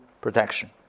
protection